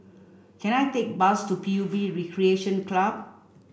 can I take a bus to P U B Recreation Club